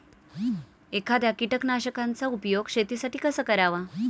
एखाद्या कीटकनाशकांचा उपयोग शेतीसाठी कसा करावा?